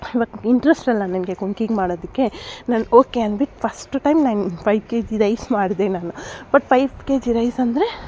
ಇವಕ್ಕೆ ಇಂಟ್ರಸ್ಟ್ ಅಲ್ಲ ನನಗೆ ಕುಂಕಿಂಗ್ ಮಾಡೋದಕ್ಕೆ ನಾನು ಓಕೆ ಅನ್ಬಿಟ್ಟು ಫಸ್ಟ ಟೈಮ್ ನಾನು ಫೈ ಕೆ ಜಿ ರೈಸ್ ಮಾಡಿದೆ ನಾನು but five K G rice ಅಂದರೆ